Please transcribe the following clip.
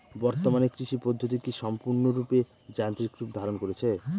বর্তমানে কৃষি পদ্ধতি কি সম্পূর্ণরূপে যান্ত্রিক রূপ ধারণ করেছে?